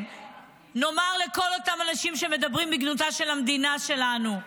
נאמר לכל אותם האנשים שמדברים בגנותה של המדינה שלנו,